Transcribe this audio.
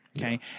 Okay